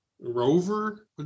Rover